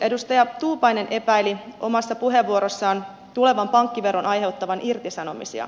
edustaja tuupainen epäili omassa puheenvuorossaan tulevan pankkiveron aiheuttavan irtisanomisia